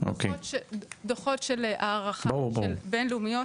תוכניות של הערכה בינלאומיות,